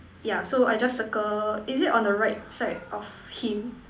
yeah so I just circle is it on the right side of him